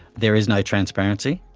there is no transparency.